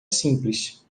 simples